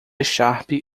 sharp